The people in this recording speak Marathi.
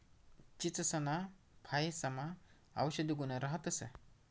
चीचसना फयेसमा औषधी गुण राहतंस